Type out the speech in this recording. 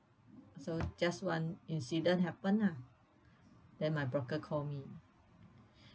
so just one incident happened lah then my broker call me